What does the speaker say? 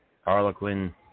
Harlequin